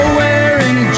wearing